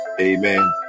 amen